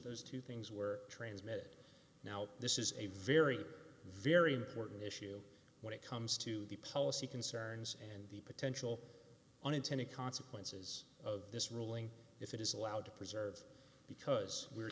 those two things were transmitted now this is a very very important issue when it comes to the policy concerns and the potential unintended consequences of this ruling if it is allowed to preserve because we